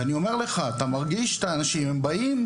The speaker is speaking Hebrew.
ואני אומר לך, אתה מרגיש את האנשים, הם באים